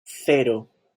cero